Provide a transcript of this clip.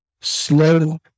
slow